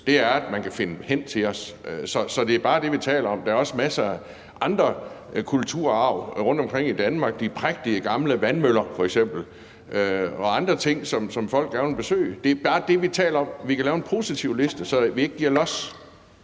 er, at man kan finde hen til dem. Så det er bare det, vi taler om. Der er også masser af andet kulturarv rundtomkring i Danmark – de prægtige gamle vandmøller f.eks. og andre ting – som folk gerne vil besøge. Det er bare det, vi taler om. Vi kan lave en positivliste, så vi ikke giver los.